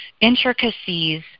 intricacies